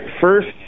First